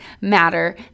matter